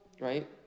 Right